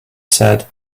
said